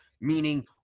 meaning